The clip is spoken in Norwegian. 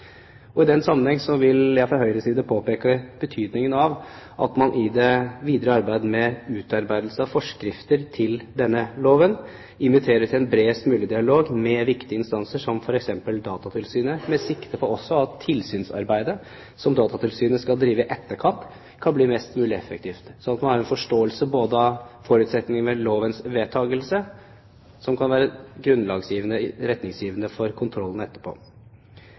I den sammenheng vil jeg fra Høyres side påpeke betydningen av at man i det videre arbeidet med utarbeidelse av forskrifter til denne loven inviterer til en bredest mulig dialog med viktige instanser som f.eks. Datatilsynet, også med sikte på at tilsynsarbeidet som Datatilsynet skal drive i etterkant, kan bli mest mulig effektivt, slik at man har en forståelse av forutsetningene med lovens vedtakelse som kan være retningsgivende for kontrollen etterpå.